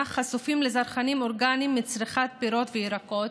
חשופים לזרחנים אורגניים מצריכת פירות וירקות,